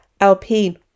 Alpine